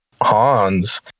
Hans